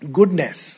Goodness